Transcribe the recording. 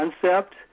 concept